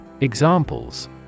Examples